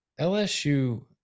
lsu